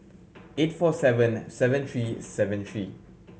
eight four seven eight seven three seven three